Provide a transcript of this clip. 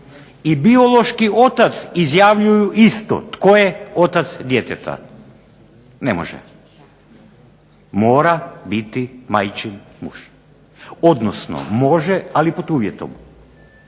i biološki otac izjavljuju isto tko je otac djeteta. Ne može. Mora biti majčin muž, odnosno može ali pod uvjetom